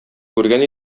күргән